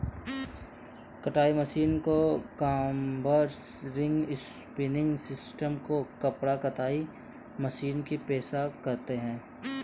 कताई मशीनों को कॉम्बर्स, रिंग स्पिनिंग सिस्टम को कपड़ा कताई मशीनरी की पेशकश करते हैं